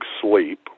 Sleep